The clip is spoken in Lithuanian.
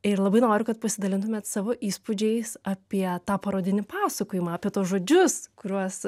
ir labai noriu kad pasidalintumėte savo įspūdžiais apie tą parodinį pasakojimą apie tuos žodžius kuriuos